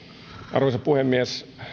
arvoisa puhemies